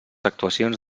actuacions